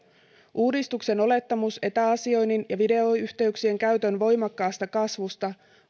uudistuksen olettamus etäasioinnin ja videoyhteyksien käytön voimakkaasta kasvusta